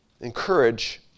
encourage